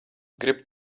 grib